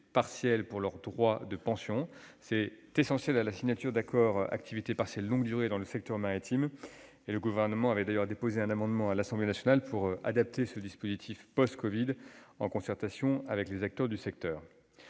partielle pour leurs droits de pension. C'est essentiel à la signature d'accords d'activité partielle longue durée dans le secteur maritime. Le Gouvernement avait d'ailleurs déposé un amendement à l'Assemblée nationale pour adapter ce dispositif post-covid, en concertation avec les acteurs du secteur.